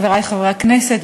חברי חברי הכנסת,